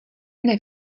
mne